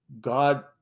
God